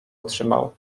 otrzymał